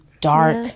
dark